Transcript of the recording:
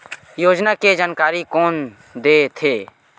योजना के जानकारी कोन दे थे?